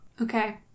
Okay